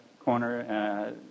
corner